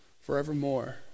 forevermore